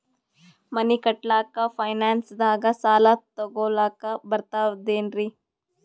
ಮನಿ ಕಟ್ಲಕ್ಕ ಫೈನಾನ್ಸ್ ದಾಗ ಸಾಲ ತೊಗೊಲಕ ಬರ್ತದೇನ್ರಿ?